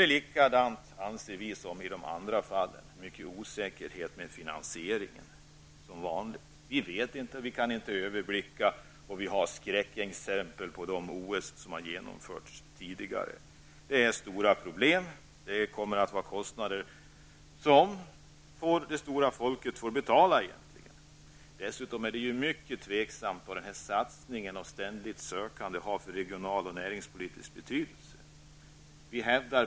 Det finns här, som i de andra fallen, en stor osäkerhet när det gäller finansieringen. Vi vet inte hur den skall ske, och vi kan inte överblicka det hela. Det finns skräckexempel bland de OS som genomförts tidigare. Det är stora problem. Det kommer att medföra kostnader som hela folket får betala. Det är dessutom mycket tveksamt vad den här satsningen på ständigt sökande har för regionalpolitisk och näringspolitisk betydelse.